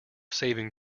saving